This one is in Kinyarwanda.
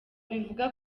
bivuga